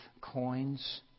coins